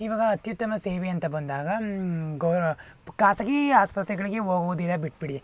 ಇವಾಗ ಅತ್ಯುತ್ತಮ ಸೇವೆ ಅಂತ ಬಂದಾಗ ಗೌರ ಖಾಸಗಿ ಆಸ್ಪತ್ರೆಗಳಿಗೆ ಹೋಗುವುದೆಲ್ಲ ಬಿಟ್ಬಿಡಿ